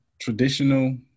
traditional